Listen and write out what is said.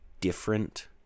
different